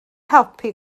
helpu